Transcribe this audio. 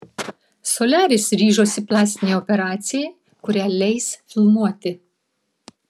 soliaris ryžosi plastinei operacijai kurią leis filmuoti